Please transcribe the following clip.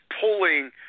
pulling